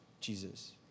Jesus